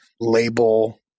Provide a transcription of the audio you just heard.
label